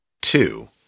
two